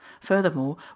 Furthermore